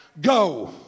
Go